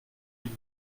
bill